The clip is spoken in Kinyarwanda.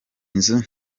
nzu